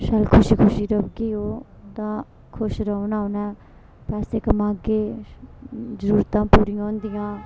शैल खुशी खुशी रौह्गे ओह् तां खुश रौह्ना उ'नें पैसे कमागे जरूरतां पूरियां होंदियां